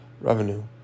revenue